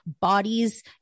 bodies